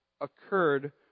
occurred